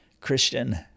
Christian